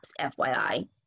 fyi